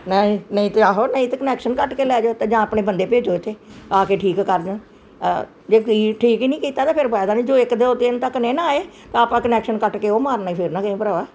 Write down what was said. ਨਹੀਂ ਨਹੀ ਤਾਂ ਆਹੋ ਨਹੀਂ ਤਾਂ ਕਨੈਕਸ਼ਨ ਕੱਟ ਕੇ ਲੈ ਜਾਓ ਅਤੇ ਜਾਂ ਆਪਣੇ ਬੰਦੇ ਭੇਜੋ ਇੱਥੇ ਆ ਕੇ ਠੀਕ ਕਰ ਜਾਣ ਜੇ ਤੁਸੀਂ ਠੀਕ ਹੀ ਨਹੀਂ ਕੀਤਾ ਤਾ ਫਿਰ ਫ਼ਾਇਦਾ ਨਹੀਂ ਜੋ ਇੱਕ ਦੋ ਦਿਨ ਤੱਕ ਨਹੀਂ ਨਾ ਆਏ ਤਾਂ ਆਪਾਂ ਕਨੈਕਸ਼ਨ ਕੱਟ ਕੇ ਉਹ ਮਾਰਨੇ ਫਿਰ ਨਾ ਕਿਹੋ ਭਰਾਵਾ